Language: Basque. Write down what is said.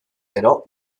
gero